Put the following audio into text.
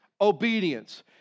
obedience